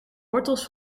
wortels